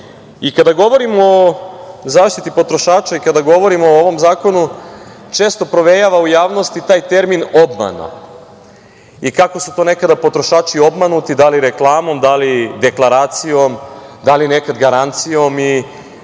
govorimo o zaštiti potrošača i kada govorimo o ovom zakonu, često provejava u javnosti taj termin „obmana“ i kako su to nekada potrošači obmanuti da li reklamom, da li deklaracijom, da li nekad garancijom i